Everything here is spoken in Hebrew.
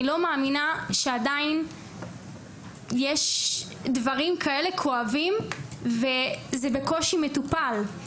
אני לא מאמינה שעדיין יש דברים כאלה כואבים וזה בקושי מטופל.